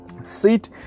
Sit